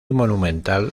monumental